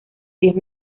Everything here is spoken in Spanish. diez